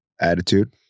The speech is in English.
attitude